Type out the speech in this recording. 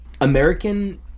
American